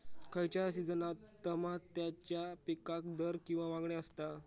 खयच्या सिजनात तमात्याच्या पीकाक दर किंवा मागणी आसता?